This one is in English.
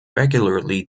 regularly